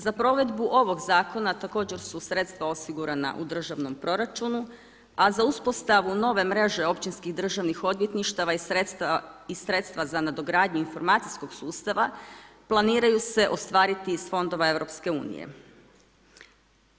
Za provedbu ovog zakona također su sredstva osigurana u državnom proračunu a za uspostavu nove mreže općinskih Državnih odvjetništava i sredstva za nadogradnju informacijskog sustava, planiraju se ostvariti iz fondova EU-a.